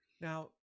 Now